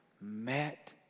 met